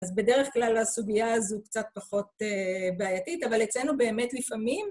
אז בדרך כלל הסוגיה הזו קצת פחות בעייתית, אבל אצלנו באמת לפעמים...